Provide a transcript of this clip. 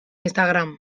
instagram